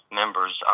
members